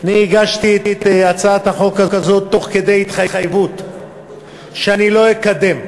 הגשתי את הצעת החוק הזאת תוך כדי התחייבות שאני לא אקדם אותה,